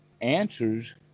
answers